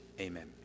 Amen